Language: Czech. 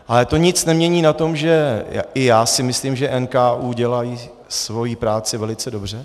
Ale to nic nemění na tom, že i já si myslím, že NKÚ dělá svoji práci velice dobře.